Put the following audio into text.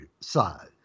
size